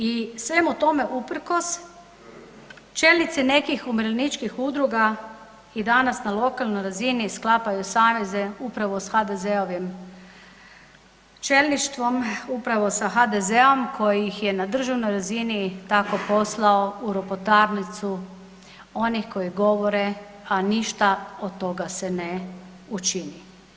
I svemu tome uprkos čelnici nekih umirovljeničkih udruga i danas na lokalnoj razini sklapaju saveze upravo s HDZ-ovim čelništvom, upravo sa HDZ-om koji ih je na državnoj razini tako poslao u ropotarnicu onih koji govore, a ništa od toga se ne učini.